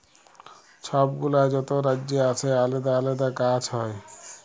ছব গুলা যত রাজ্যে আসে আলেদা আলেদা গাহাচ হ্যয়